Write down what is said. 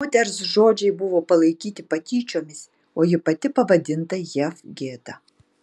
moters žodžiai buvo palaikyti patyčiomis o ji pati pavadinta jav gėda